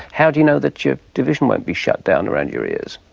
how do you know that your division won't be shut down around your ears?